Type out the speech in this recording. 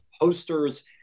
posters